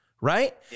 Right